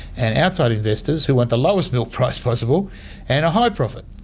and outside investors who want the lowest milk price possible and a high profit.